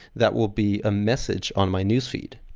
that will be a message on my newsfeed.